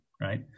Right